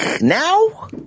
now